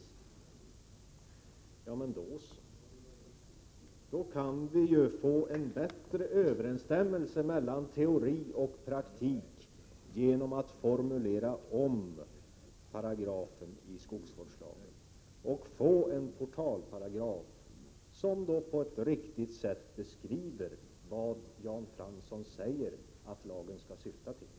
Genom att formulera om den aktuella paragrafen i skogsvårdslagen kan vi ju skapa bättre överensstämmelse mellan teori och praktik och få en portalparagraf som på ett riktigt sätt beskriver det som Jan Fransson säger att lagen skall syfta till.